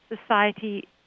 society